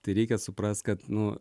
tai reikia suprast kad nu